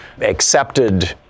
accepted